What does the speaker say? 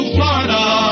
Florida